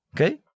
Okay